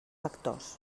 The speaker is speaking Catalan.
factors